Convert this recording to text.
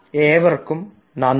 ഏവർക്കും നന്ദി